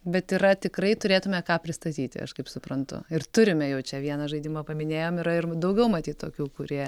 bet yra tikrai turėtume ką pristatyti aš kaip suprantu ir turime jau čia vieną žaidimą paminėjom yra ir daugiau matyt tokių kurie